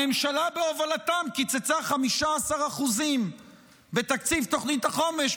הממשלה בהובלתם קיצצה 15% בתקציב תוכנית החומש,